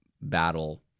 battle